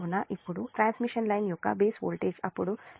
కాబట్టి ఇప్పుడు transmission line యొక్క బేస్ వోల్టేజ్ అప్పుడు 11 121 10